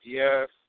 yes